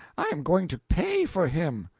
i am going to pay for him!